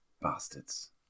bastards